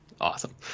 Awesome